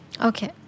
Okay